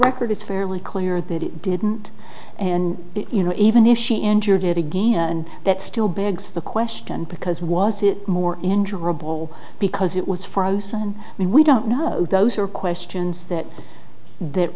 record is fairly clear that it didn't and you know even if she endured it again and that still begs the question because was it more enjoyable because it was frozen i mean we don't know those are questions that that